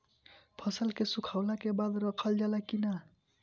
फसल के सुखावला के बाद रखल जाला कि न?